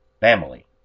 Family